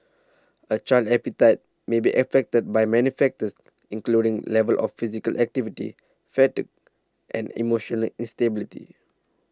a child's appetite may be affected by many factors including level of physical activity fatigue and emotional instability